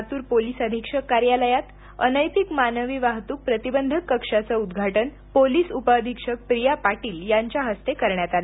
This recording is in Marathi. लातूर पोलीस अधीक्षक कार्यालयात अनैतिक मानवी वाहतूक प्रतिदंधक कक्षाचं उद्घाटन पोलिस उपअधीक्षक प्रिया पाटील यांचे हस्ते करण्यात आलं